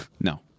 No